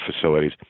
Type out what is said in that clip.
facilities